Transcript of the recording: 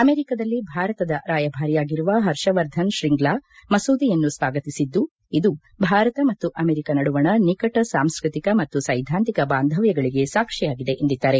ಅಮೆರಿಕದಲ್ಲಿ ಭಾರತದ ರಾಯಭಾರಿಯಾಗಿರುವ ಪರ್ಷವರ್ಧನ್ ಶ್ರಿಂಗ್ಲಾ ಮಸೂದೆಯನ್ನು ಸ್ವಾಗತಿಸಿದ್ದು ಇದು ಭಾರತ ಮತ್ತು ಅಮೆರಿಕ ನಡುವಣ ನಿಕಟ ಸಾಂಸ್ವತಿಕ ಮತ್ತು ಸೈದ್ದಾಂತಿಕ ಬಾಂಧವ್ಯಗಳಿಗೆ ಸಾಕ್ಷಿಯಾಗಿದೆ ಎಂದಿದ್ದಾರೆ